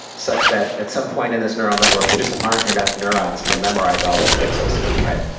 such that at some point in this neural network there just aren't enough neurons to memorize all those pixels, right?